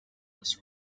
was